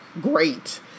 great